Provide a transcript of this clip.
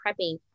prepping